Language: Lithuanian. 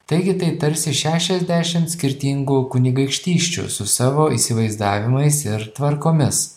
taigi tai tarsi šešiasdešim skirtingų kunigaikštysčių su savo įsivaizdavimais ir tvarkomis